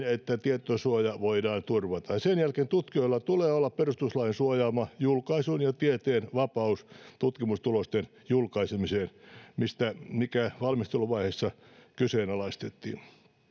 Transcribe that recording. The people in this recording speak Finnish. että tietosuoja voidaan turvata sen jälkeen tutkijoilla tulee olla perustuslain suojaama julkaisun ja tieteen vapaus tutkimustulosten julkaisemiseen mikä valmisteluvaiheessa kyseenalaistettiin